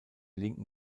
linken